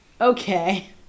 Okay